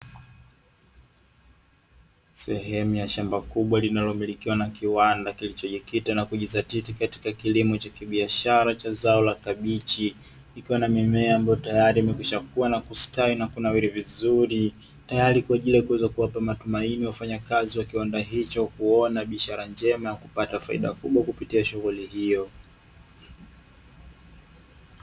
Sehemu ya shamba kubwa linalomilikiwa na kiwanda kilichojikita na kujidhatiti katika kilimo cha kibiashara cha zao la kabichi, kikiwa na mimea ambayo tayari imekwisha kua na kusitawi, na kunawiri vizuri, tayari kwa ajili ya kuweza kuwapa matumaini wafanyakazi wa kiwanda hicho kuona biashara njema ya kupata faida kubwa kupitia shughuli hiyo.